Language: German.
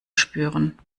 spüren